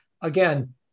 again